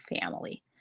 family